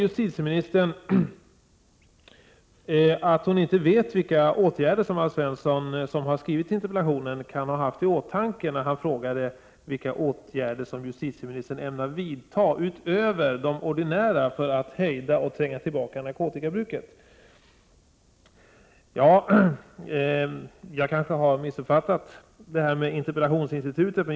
Justitieministern säger i sitt svar att hon inte vet vilka åtgärder som Alf Svensson, som har skrivit interpellationen, kan ha haft i åtanke när han frågade vilka åtgärder justitieministern ämnar vidta utöver de ordinära för att hejda och tränga tillbaka narkotikabruket. Jag kanske har missuppfattat interpellationsinstitutet.